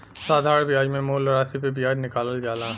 साधारण बियाज मे मूल रासी पे बियाज निकालल जाला